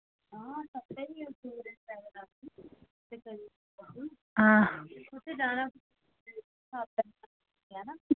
आं